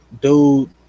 dude